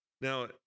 Now